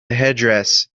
headdress